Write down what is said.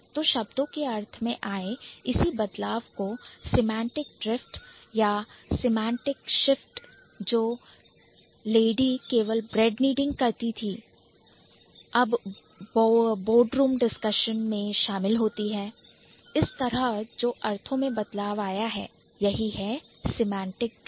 तो शब्दों के अर्थ में आए इसी बदलाव को Semantic Drift सेमांटिक ड्रिफ्ट या Semantic shift सेमांटिक शिफ्ट जो लेडी केवल Bread Kneading करती थी अब Boardroom Discussion बोर्डरूम डिस्कशन में शामिल होती है यही है Semantic Drift